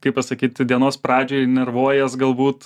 kaip pasakyt dienos pradžioj nervuojies galbūt